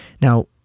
now